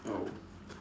oh